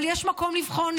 אבל יש מקום לבחון,